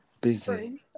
Busy